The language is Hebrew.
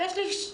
ויש לי שאלה,